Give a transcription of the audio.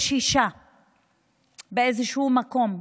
יש אישה באיזשהו מקום,